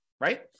right